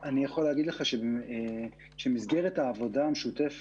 אני יכול להגיד לך שמסגרת העבודה המשותפת